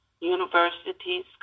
universities